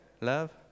love